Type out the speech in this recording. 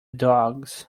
dogs